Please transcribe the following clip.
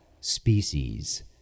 species